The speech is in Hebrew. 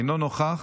אינו נוכח,